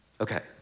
Okay